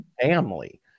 family